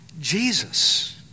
Jesus